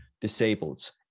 disabled